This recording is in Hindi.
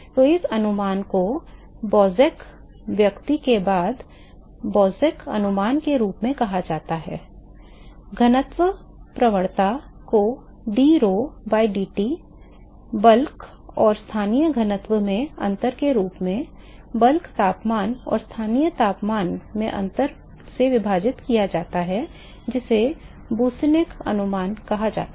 तो इस अनुमान को Boussinesq व्यक्ति के बाद Boussinesq अनुमान के रूप में कहा जाता है घनत्व प्रवणता को drho by dT बस bulk और स्थानीय घनत्व में अंतर के रूप में bulk तापमान और स्थानीय तापमान में अंतर से विभाजित किया जाता है जिसे बूसिनेक अनुमान कहा जाता है